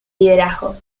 liderazgo